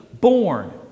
born